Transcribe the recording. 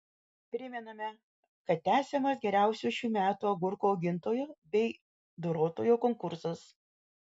primename kad tęsiamas geriausio šių metų agurkų augintojo bei dorotojo konkursas